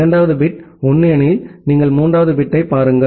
இரண்டாவது பிட் 1 எனில் நீங்கள் மூன்றாவது பிட்டைப் பாருங்கள்